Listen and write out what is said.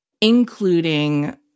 including